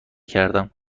کردم